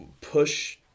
push